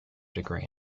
degree